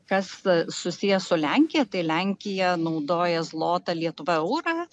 kas susiję su lenkija tai lenkija naudoja zlotą lietuva eurą